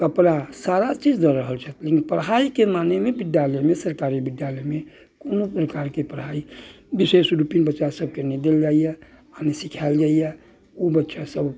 कपड़ा सारा चीज दऽ रहल छथि लेकिन पढ़ाइके मानेमे विद्यालयमे सरकारी विद्यालयमे कोनो प्रकारके पढ़ाइ विशेष रूपी बच्चा सभकेँ नहि देल जाइया आ नहि सिखायल जाइया ओ बच्चा सभ